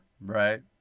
right